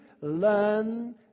learn